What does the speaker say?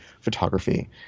photography